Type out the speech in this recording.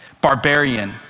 barbarian